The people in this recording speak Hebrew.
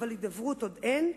אבל הידברות עוד אין,